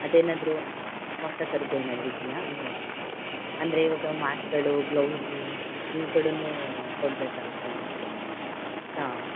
ಅದೇನಾದರೂ ಹೊಸ ಥರದ್ದು ಏನಾದರೂ ಇದೆಯಾ ನೋಡಿ ಅಂದರೆ ಇವಾಗ ಮಾಸ್ಕ್ಗಳು ಗ್ಲೌಸು ಇವುಗಳನ್ನೂ ಕೊಡಬೇಕಾಗತ್ತಲ್ವ ಹಾಂ